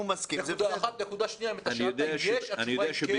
התשובה היא כן.